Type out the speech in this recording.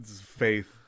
faith